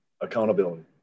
Accountability